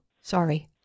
Sorry